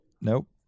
Nope